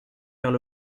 faire